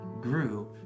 grew